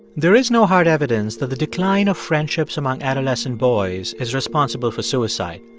there is no hard evidence that the decline of friendships among adolescent boys is responsible for suicide,